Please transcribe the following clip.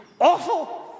awful